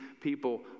people